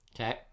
Okay